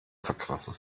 vergriffen